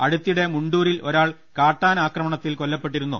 അടുത്തിടെ മുണ്ടൂരിൽ ഒരാൾ കാട്ടാന ആക്രമണത്തിൽ കൊല്ലപ്പെട്ടിരുന്നു